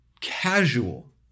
casual